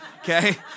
okay